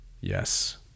yes